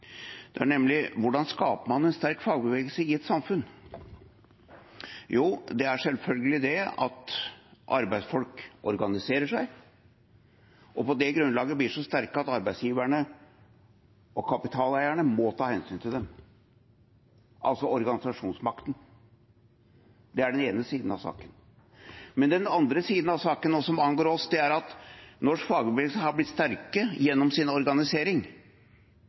nemlig: Hvordan skaper man en sterk fagbevegelse i et samfunn? Det er selvfølgelig ved at arbeidsfolk organiserer seg og på det grunnlaget blir så sterke at arbeidsgiverne og kapitaleierne må ta hensyn til dem, altså organisasjonsmakten. Det er den ene siden av saken. Den andre siden av saken, og som angår oss, er at norsk fagbevegelse har blitt sterke gjennom sin organisering,